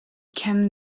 came